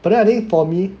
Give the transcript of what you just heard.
but I think for me